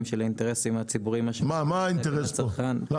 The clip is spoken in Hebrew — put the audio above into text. של האינטרסים הציבוריים של הצרכן --- מה האינטרס פה?